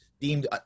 deemed